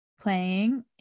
playing